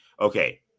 Okay